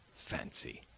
fancy!